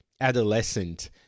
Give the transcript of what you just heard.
adolescent